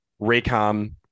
Raycom